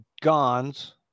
Gons